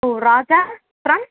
O Raja from